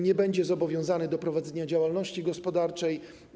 Nie będzie zobowiązany do prowadzenia działalności gospodarczej.